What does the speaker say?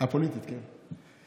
פוליטית, כן?